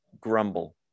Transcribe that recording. grumble